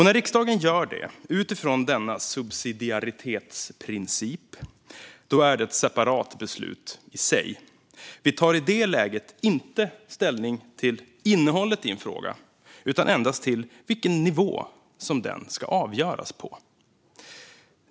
När riksdagen gör det utifrån denna subsidiaritetsprincip är det ett separat beslut i sig. Vi tar i det läget inte ställning till innehållet i en fråga utan endast till vilken nivå som frågan ska avgöras på.